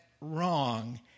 wrong